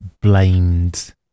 blamed